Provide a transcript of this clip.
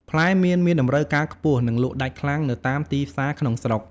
ផ្លែមៀនមានតម្រូវការខ្ពស់ និងលក់ដាច់ខ្លាំងនៅតាមទីផ្សារក្នុងស្រុក។